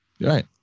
right